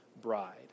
bride